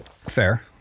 Fair